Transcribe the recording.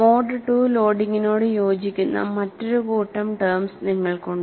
mode II ലോഡിംഗിനോട് യോജിക്കുന്ന മറ്റൊരു കൂട്ടം ടെംസ് നിങ്ങൾക്കുണ്ട്